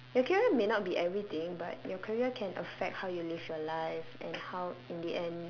your career may not be everything but your career can affect how you live your life and how in the end